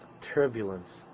turbulence